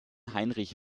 heinrich